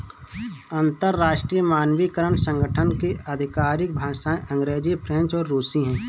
अंतर्राष्ट्रीय मानकीकरण संगठन की आधिकारिक भाषाएं अंग्रेजी फ्रेंच और रुसी हैं